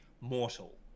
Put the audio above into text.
Mortal